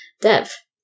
Dev